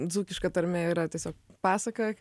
dzūkiška tarmė yra tiesiog pasaka